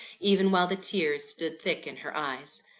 even while the tears stood thick in her eyes.